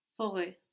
Forêt